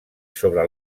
sobre